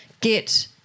get